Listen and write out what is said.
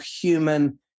human